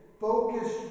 focus